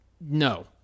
no